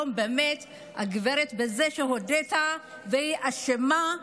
בזה שהיום היא הודתה והיא אשמה,